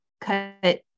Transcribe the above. cut